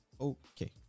okay